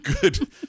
good